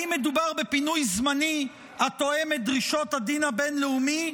האם מדובר בפינוי זמני התואם את דרישות הדין הבין-לאומי,